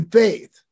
faith